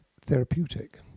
therapeutic